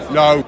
no